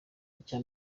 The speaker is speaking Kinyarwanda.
icya